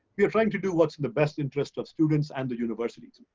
we are trying to do what's in the best interest of students and the universities.